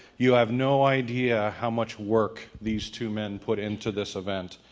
you have no idea how much work these two men put into this event.